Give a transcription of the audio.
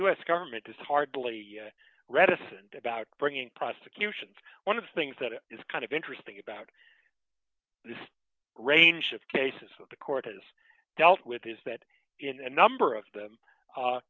s government is hardly reticent about bringing prosecutions one of the things that is kind of interesting about this range of cases that the court has dealt with is that in a number of them